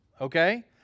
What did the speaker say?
okay